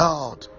God